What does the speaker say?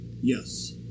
Yes